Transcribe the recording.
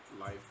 life